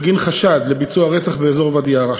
בגין חשד לביצוע רצח באזור ואדי-עארה.